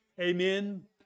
Amen